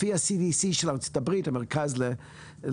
לפי ה-CDC של ארצות הברית, המרכז למחלות,